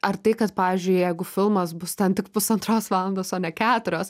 ar tai kad pavyzdžiui jeigu filmas bus ten tik pusantros valandos o ne keturios